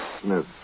Smith